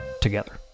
Together